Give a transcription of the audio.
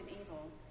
evil